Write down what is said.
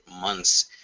months